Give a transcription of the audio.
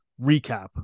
recap